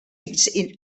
insectes